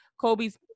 Kobe's